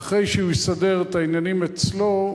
ואחרי שהוא יסדר את העניינים אצלו,